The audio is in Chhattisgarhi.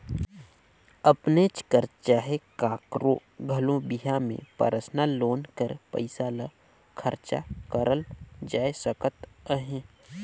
अपनेच कर चहे काकरो घलो बिहा में परसनल लोन कर पइसा ल खरचा करल जाए सकत अहे